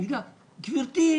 תגידי לה: גברתי,